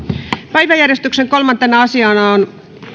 päiväjärjestyksen kolmantena asiana on